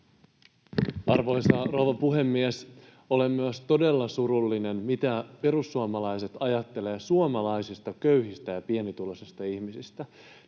Arvoisa rouva puhemies! Olen myös todella surullinen siitä, mitä perussuomalaiset ajattelevat suomalaisista köyhistä ja pienituloisista ihmisistä.